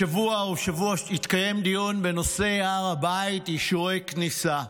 השבוע התקיים דיון בנושא הר הבית, אישורי כניסה.